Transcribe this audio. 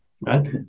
right